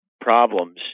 problems